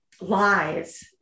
lies